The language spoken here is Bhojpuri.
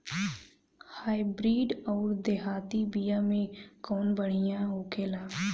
हाइब्रिड अउर देहाती बिया मे कउन बढ़िया बिया होखेला?